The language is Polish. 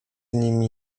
nimi